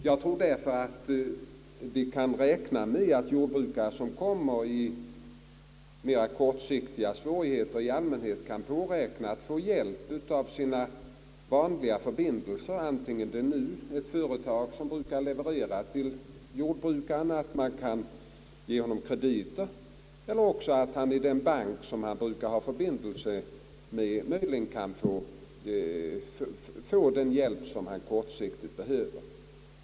Jag tror därför att vi kan räkna med att jordbrukare som råkar i mera kortsiktiga svårigheter i allmänhet kan påräkna hjälp av sina vanliga förbindelser, antingen det är ett företag som brukar leverera till jordbrukaren och som alltså kan ge honom krediter, eller också att han av den bank som han har förbindelser med möjligen kan få den hjälp som han kortsiktigt behöver.